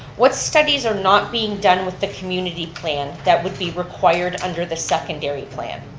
what studies are not being done with the community plan that would be required under the secondary plan?